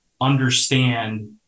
understand